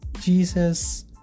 Jesus